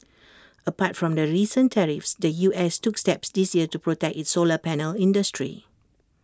apart from the recent tariffs the U S took steps this year to protect its solar panel industry